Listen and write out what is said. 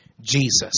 Jesus